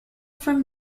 from